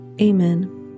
Amen